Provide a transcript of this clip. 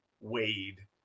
Wade